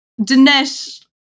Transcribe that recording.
Dinesh